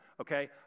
Okay